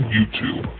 YouTube